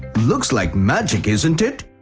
looks like magic, isn't it?